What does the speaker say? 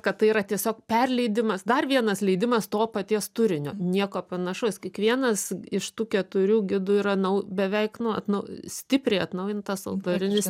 kad tai yra tiesiog perleidimas dar vienas leidimas to paties turinio nieko panašaus kiekvienas iš tų keturių gidų yra nau beveik nu atnau stipriai atnaujintas autorinis